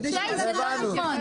זה כדי למנוע פגיעה בייבוא המקביל,